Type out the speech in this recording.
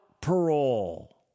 parole